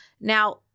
Now